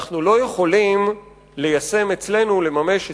אנחנו לא יכולים ליישם אצלנו, לממש אצלנו,